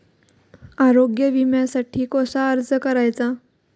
आरोग्य विम्यासाठी कसा अर्ज करायचा?